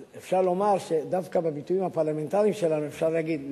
אז אפשר לומר שדווקא בביטויים הפרלמנטריים שלנו אפשר להגיד,